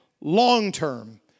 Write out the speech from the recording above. long-term